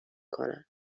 کنه